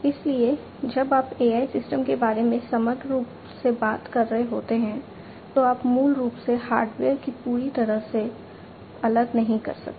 इसलिए जब आप AI सिस्टम के बारे में समग्र रूप से बात कर रहे होते हैं तो आप मूल रूप से हार्डवेयर को पूरी तरह से अलग नहीं कर सकते